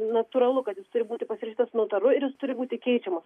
natūralu kad jis turi būti pasirašytas notaru ir jis turi būti keičiamas